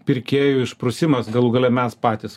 pirkėjų išprusimas galų gale mes patys